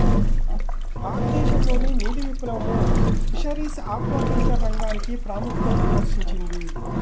భారతదేశంలోని నీలి విప్లవం ఫిషరీస్ ఆక్వాకల్చర్ రంగానికి ప్రాముఖ్యతను ప్రదర్శించింది